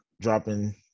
dropping